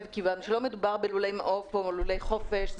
כיוון שלא מדובר בלולי מעוף או בלולי חופש.